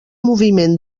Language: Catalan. moviment